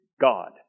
God